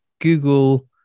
Google